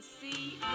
see